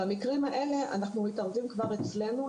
במקרים האלה אנחנו מתערבים כבר אצלנו,